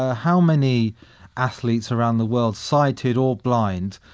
ah how many athletes around the world, sighted or blind,